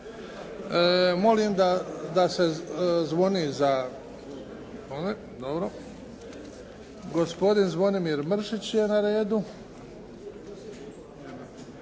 Molim da se zvoni za, dobro. Gospodin Zvonimir Mršić je na redu.